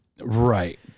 Right